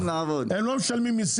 חברות הביטוח לא משלמות מסים?